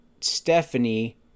Stephanie